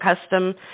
custom